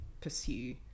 pursue